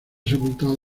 sepultado